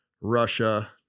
Russia